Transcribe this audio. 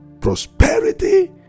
prosperity